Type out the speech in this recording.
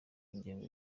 ingengo